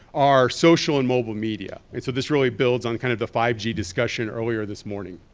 are social and mobile media. and so this really builds on kind of the five g discussion earlier this morning.